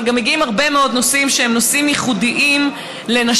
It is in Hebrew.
אבל מגיעים גם הרבה מאוד נושאים שהם נושאים ייחודיים לנשים,